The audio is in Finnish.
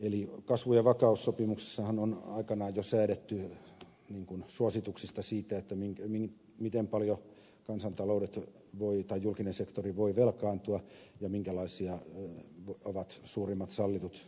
eli kasvu ja vakaussopimuksessahan on aikanaan jo säädetty suosituksista siitä miten paljon kansantaloudet voivat tai julkinen sektori voi velkaantua ja minkälaisia ovat suurimmat sallitut budjettialijäämät